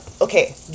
okay